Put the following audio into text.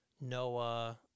Noah